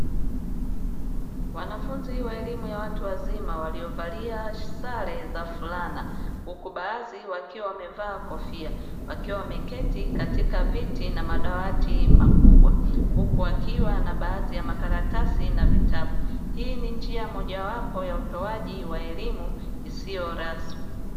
Wanafunzi wa elimu ya watu wazima, waliovalia sare za fulana, huku baadhi wakiwa wamevaa kofia, wakiwa wameketi katika viti na madawati makubwa, huku wakiwa na baadhi ya makaratasi na vitabu, hii ni njia moja wapo ya utoaji wa elimu isiyo rasmi.